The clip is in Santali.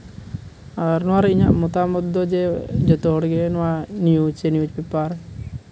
ᱟᱨ ᱱᱚᱣᱟᱨᱮ ᱤᱧᱟᱹᱜ ᱢᱚᱛᱟᱢᱚᱛ ᱫᱚ ᱡᱮ ᱡᱚᱛᱚ ᱦᱚᱲᱜᱮ ᱱᱚᱣᱟ ᱱᱤᱭᱩᱥ ᱯᱮᱯᱟᱨ